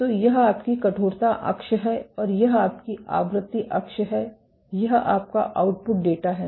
तो यह आपकी कठोरता अक्ष है और यह आपकी आवृत्ति अक्ष है यह आपका आउटपुट डेटा है